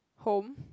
home